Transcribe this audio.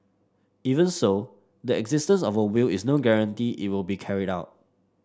even so the existence of a will is no guarantee it will be carried out